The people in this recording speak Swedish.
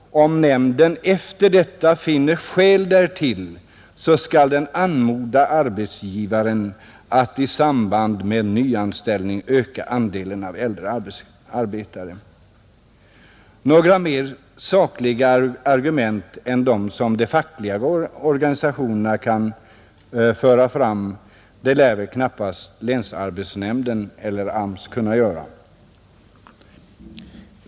Om nämnden efter detta finner skäl därtill så skall den ”anmoda” arbetsgivaren att i samband med nyanställning öka andelen av äldre arbetare, Några mer sakliga argument än dem som de fackliga organisationerna kan föra fram lär väl kanppast länsarbetsnämnden eller AMS kunna åstadkomma.